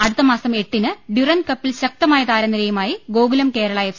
അടുത്തമാസം എ ട്ടിന് ഡ്യൂറന്റ് കപ്പിൽ ശക്തമായ താരനിരയുമായി ഗ്ഗോകുലം കേരള എ ഫ്